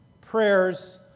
prayers